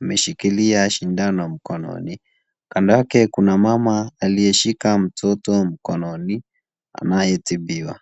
ameshikilia sindano mkononi. Kando yake kuna mama aliyeshika mtoto mkononi anayetibiwa.